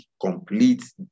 complete